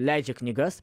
leidžia knygas